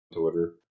Twitter